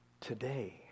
today